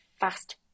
fast